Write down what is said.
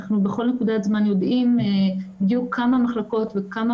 אנחנו בכל נקודת זמן יודעים בדיוק כמה מחלקות וכמה